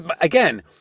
again